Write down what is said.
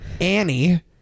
Annie